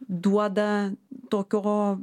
duoda tokio